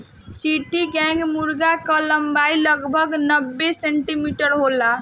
चिट्टागोंग मुर्गा कअ लंबाई लगभग नब्बे सेंटीमीटर होला